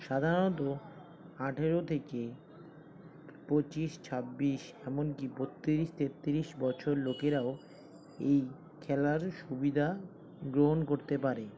সাধারণত আঠেরো থেকে পঁচিশ ছাব্বিশ এমন কি বত্রিশ তেত্রিশ বছর লোকেরাও এই খেলার সুবিধা গ্রহণ করতে পারে